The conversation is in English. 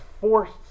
forced